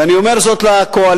ואני אומר זאת לקואליציה: